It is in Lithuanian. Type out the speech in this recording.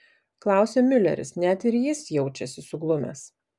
klausia miuleris net ir jis jaučiasi suglumęs